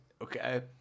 Okay